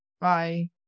Bye